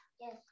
Yes